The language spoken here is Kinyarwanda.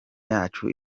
yacu